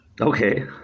Okay